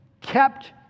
kept